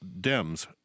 Dems